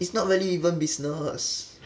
it's not really even business